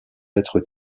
être